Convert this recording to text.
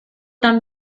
tan